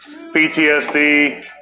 PTSD